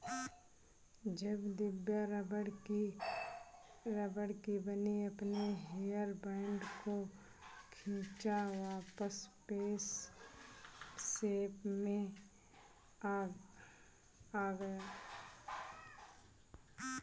जब दिव्या रबड़ की बनी अपने हेयर बैंड को खींचा वापस शेप में आ गया